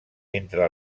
entre